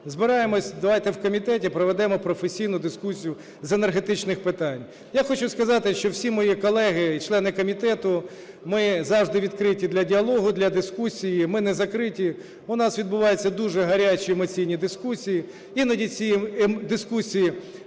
збираємося, давайте в комітеті проведемо професійну дискусію з енергетичних питань. Я хочу сказати, що всі мої колеги і члени комітету, ми завжди відкриті для діалогу, для дискусії, ми не закриті. В нас відбуваються дуже гарячі емоційні дискусії. Іноді ці дискусії